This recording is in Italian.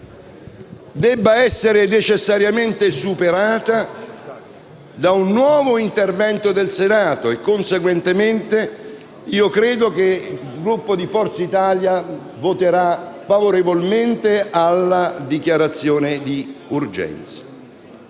debba essere necessariamente superata da un nuovo intervento del Senato e, conseguentemente, credo che il Gruppo di Forza Italia voterà a favore della dichiarazione d'urgenza.